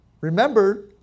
Remember